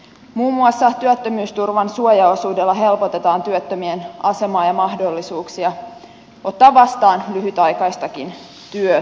muun muassa työttömyysturvan suojaosuudella helpotetaan työttömien asemaa ja mahdollisuuksia ottaa vastaan lyhytaikaistakin työtä